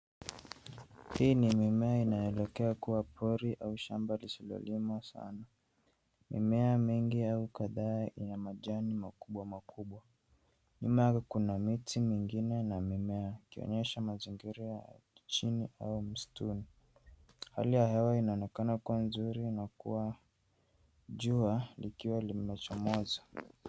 Hii ni mimea inayoelekea kuwa pori au shamba lisilolimwa sana. Mimea mingi au kadhaa ina majani makubwa makubwa. Nyuma yake kuna miti mingine na mimea, ikionyesha mazingira ya kichini au mstuni. Hali ya hewa inaonekana kuwa nzuri na kuwa jua likiwa limechomoza.